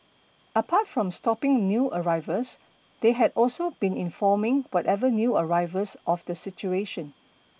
apart from stopping new arrivals they had also been informing whatever new arrivals of the situation